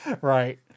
Right